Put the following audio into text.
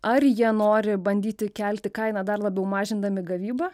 ar jie nori bandyti kelti kainą dar labiau mažindami gavybą